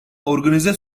organize